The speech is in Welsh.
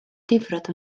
difrod